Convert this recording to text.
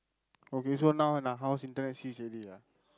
okay so now when our house Internet cease already ah